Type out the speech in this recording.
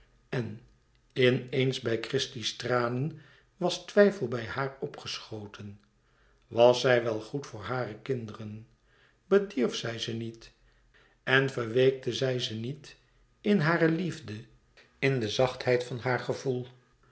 en in eens bij christie's tranen was twijfel bij haar opgeschoten was zij wel goed voor hare kinderen bedierf zij ze niet en verweekte zij ze niet in hare liefde in de zachtheid van haar gevoel